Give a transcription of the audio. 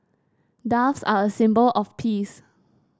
doves are a symbol of peace